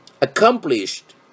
accomplished